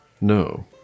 No